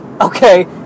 Okay